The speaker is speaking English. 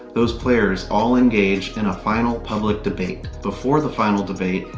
those players all engage in a final public debate. before the final debate,